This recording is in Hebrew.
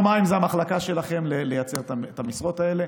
לא, שר מים זה המחלקה שלכם, לייצר את המשרות האלה.